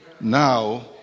now